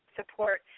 support